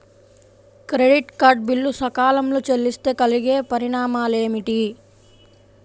Credit card bill సకాలంలో చెల్లిస్తే కలిగే పరిణామాలేమిటి?